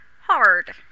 hard